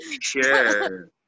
Sure